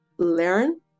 learn